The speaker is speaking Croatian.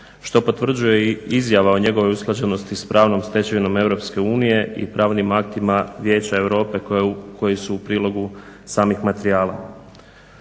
što potvrđuje i izjava o njegovoj usklađenosti s pravnom stečevinom EU i pravnim aktima Vijeća Europe koja su u prilogu samih materijala.